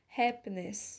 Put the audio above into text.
happiness